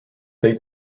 they